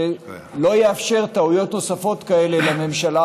שלא יאפשר טעויות נוספות כאלה לממשלה,